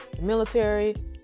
military